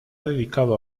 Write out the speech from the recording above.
dedicado